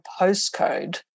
postcode